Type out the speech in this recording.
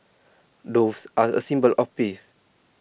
doves are A symbol of peace